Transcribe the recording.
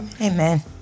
amen